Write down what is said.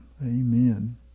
Amen